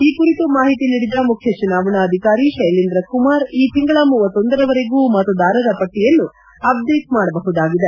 ಈ ಕುರಿತು ಮಾಹಿತಿ ನೀಡಿದ ಮುಖ್ಯ ಚುನಾವಣಾ ಅಧಿಕಾರಿ ಶೈಲೇಂದ್ರ ಕುಮಾರ್ ಈ ತಿಂಗಳ ಭಾರವರೆಗೂ ಮತ್ತದಾರರ ಪಟ್ಟಿಯನ್ನು ಅಪ್ಡೆಟ್ ಮಾಡಬಹುದಾಗಿದೆ